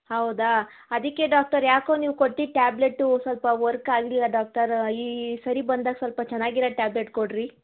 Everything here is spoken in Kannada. ಹೌದಾ ಅದಕ್ಕೆ ಡಾಕ್ಟರ್ ಯಾಕೋ ನೀವು ಕೊಟ್ಟಿದ್ದ ಟಾಬ್ಲೆಟ್ಟು ಸ್ವಲ್ಪ ವರ್ಕ್ ಆಗಲಿಲ್ಲ ಡಾಕ್ಟರ್ ಈ ಸಾರಿ ಬಂದಾಗ ಸ್ವಲ್ಪ ಚೆನ್ನಾಗಿರಾ ಟಾಬ್ಲೆಟ್ ಕೊಡಿರಿ